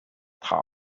top